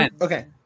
Okay